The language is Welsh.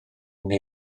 neu